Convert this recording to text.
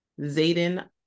Zayden